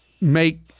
make